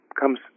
comes